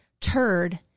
turd